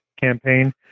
campaign